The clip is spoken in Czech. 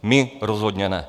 My rozhodně ne.